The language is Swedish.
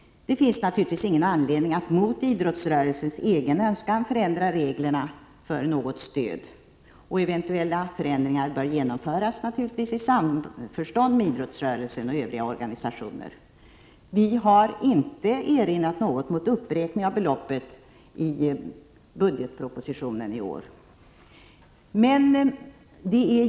Det finns naturligtvis ingen anledning att mot idrottsrörelsens egen önskan förändra reglerna för något stöd. Eventuella förändringar bör naturligtvis genomföras i samförstånd med idrottsrörelsen och övriga organisationer. Vi har inte erinrat något mot uppräkningen av beloppet i budgetpropositionen i år.